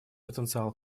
потенциал